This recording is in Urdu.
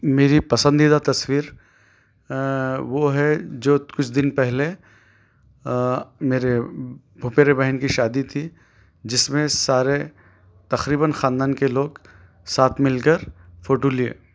میری پسندیدہ تصویر وہ ہے جو کچھ دن پہلے میرے پھپھیرے بہن کی شادی تھی جس میں سارے تقریباً خاندان کے لوگ ساتھ مل کر فوٹو لئے